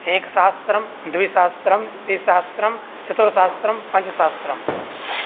एकसहस्रं द्विसहस्रं त्रिसहस्रं चतुस्सहस्रं पञ्चसहस्रम्